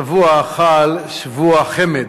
השבוע חל שבוע חמ"ד,